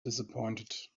disappointed